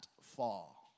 fall